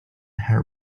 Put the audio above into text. had